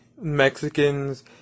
Mexicans